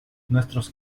nuestros